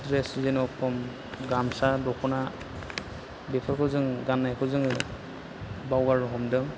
dress जेर'खम गामसा दख'ना बेफोरखौ जों गाननायखौ जोङो बावगारनो हमदों